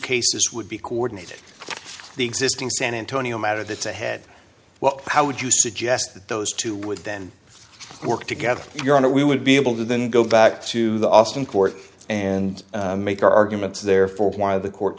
cases would be coordinated the existing san antonio matter that's ahead well how would you suggest that those two with then work together your honor we would be able to then go back to the austin court and make our arguments there for why the court